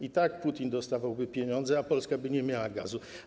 I tak Putin dostawałby pieniądze, a Polska by nie miała gazu.